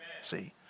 See